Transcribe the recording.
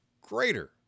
greater